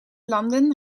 landen